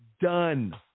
Done